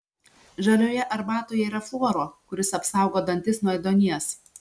žalioje arbatoje yra fluoro kuris apsaugo dantis nuo ėduonies